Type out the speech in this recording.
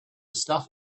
stuff